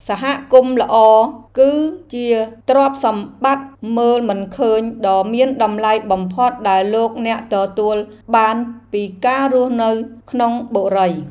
សហគមន៍ល្អគឺជាទ្រព្យសម្បត្តិមើលមិនឃើញដ៏មានតម្លៃបំផុតដែលលោកអ្នកទទួលបានពីការរស់នៅក្នុងបុរី។